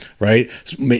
right